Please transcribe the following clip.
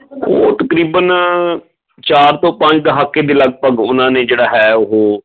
ਤਕਰੀਬਨ ਚਾਰ ਤੋਂ ਪੰਜ ਦਹਾਕੇ ਦੇ ਲਗਭਗ ਉਹਨਾਂ ਨੇ ਜਿਹੜਾ ਹੈ ਉਹ